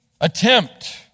attempt